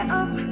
up